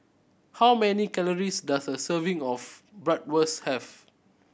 how many calories does a serving of Bratwurst have